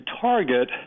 target